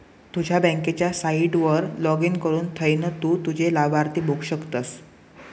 तुझ्या बँकेच्या साईटवर लाॅगिन करुन थयना तु तुझे लाभार्थी बघु शकतस